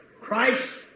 Christ